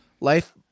life